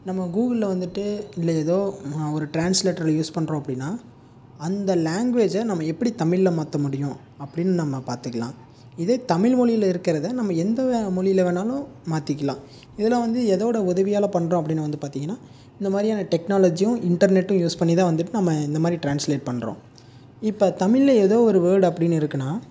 நம்ம கூகுளில் வந்துட்டு இல்லை ஏதோ ஒரு டிரான்ஸ்லேட்டரை யூஸ் பண்ணுறோம் அப்படினா அந்த லேங்குவேஜ் நம்ம எப்படி தமிழில் மாற்ற முடியும் அப்படின்னு நம்ம பார்த்துக்குலாம் இதே தமிழ் மொழியில் இருக்கறதை நம்ம எந்த வேற மொழியில் வேணுணாலும் மாற்றிக்கிலாம் இதில் வந்து இதோடய உதவியால் பண்ணுறோம் அப்படின்னு வந்து பார்த்தீங்கனா இந்த மாதிரியான டெக்னாலஜும் இன்டர்நெட்டும் யூஸ் பண்ணி தான் வந்துட்டு நம்ம இந்த மாதிரி டிரான்ஸ்லேட் பண்ணுறோம் இப்போ தமிழில் எதோவொரு வேர்ட் அப்படின்னு இருக்குதுனா